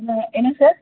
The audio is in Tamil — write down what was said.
என்ன என்ன சார்